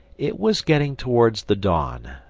it was getting towards the dawn,